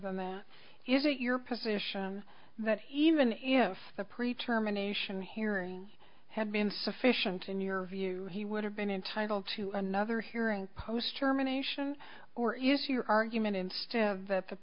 than that is it your position that even if the pre term a nation hearing had been sufficient in your view he would have been entitled to another hearing post germination or is your argument instead of